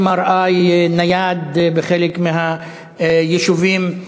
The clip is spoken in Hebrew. MRI נייד בחלק מהיישובים,